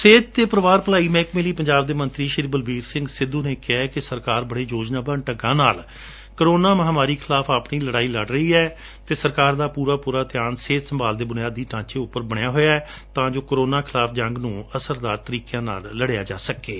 ਸਿਹਤ ਅਤੇ ਪਰਿਵਾਰ ਭਲਾਈ ਮਹਿਕਮੇ ਲਈ ਪੰਜਾਬ ਦੇ ਮੰਤਰੀ ਸ਼੍ਰੀ ਬਲਬੀਰ ਸਿਮਘ ਸਿੱਧੂ ਨੇ ਕਿਹੈ ਕਿ ਸਰਕਾਰ ਬੜੇ ਯੋਜਨਾ ਬੱਧ ਢੰਗਾਂ ਨਾਲ ਕੋਰੋਨਾ ਮਹਾਮਾਰੀ ਖਿਲਾਫ ਆਪਣੀ ਲੜਾਈ ਲੜ ਰਹੀ ਹੈ ਅਤੇ ਸਰਕਾਰ ਦਾ ਪੂਰਾ ਪੂਰਾ ਧਿਆਨ ਸਿਹਤ ਸੰਭਾਲ ਦੇ ਬੁਨਿਆਦੀ ਢਾਂਚੇ ਉਂਪਰ ਬਣਿਆ ਹੋਇਐ ਤਾਂ ਜੋ ਕੋਰੋਨਾ ਖਿਲਾਫ ਜੰਗ ਨੂੰ ਅਸਰਦਾਰ ਤਰੀਕਿਆਂ ਨਾਲ ਲੜਿਆ ਜਾ ਸਕੇ